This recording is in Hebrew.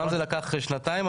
אמנם זה לקח שנתיים,